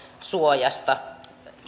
suojasta